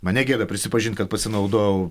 man ne gėda prisipažint kad pasinaudojau